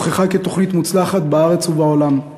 הוכחה כתוכנית מוצלחת בארץ ובעולם.